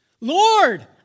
Lord